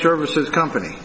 services company